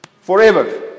forever